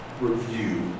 review